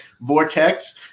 vortex